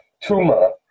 tumor